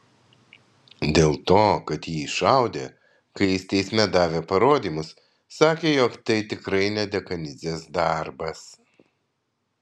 dėl to kad į jį šaudė kai jis teisme davė parodymus sakė jog tai tikrai ne dekanidzės darbas